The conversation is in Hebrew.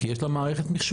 כי יש לה מערכת מחשוב.